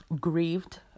grieved